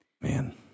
Man